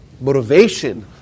motivation